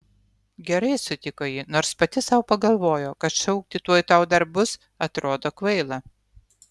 gerai sutiko ji nors pati sau pagalvojo kad šaukti tuoj tau dar bus atrodo kvaila